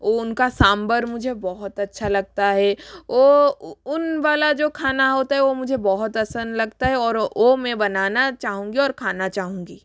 उनका सांभर मुझे बहुत अच्छा लगता है वो उन वाला जो खाना होता है वो मुझे बहुत आसान लगता है वो मैं बनाना चाहूँगी और खाना चाहूँगी